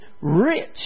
rich